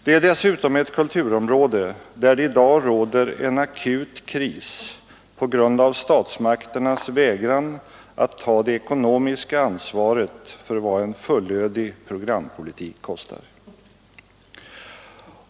Det är dessutom ett kulturområde där det i dag råder en akut kris på grund av statsmakternas vägran att ta det ekonomiska ansvaret för vad en fullödig programpolitik kostar.